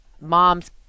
moms